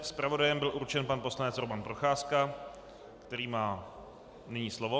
Zpravodajem byl určen pan poslanec Roman Procházka, který má nyní slovo.